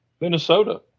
Minnesota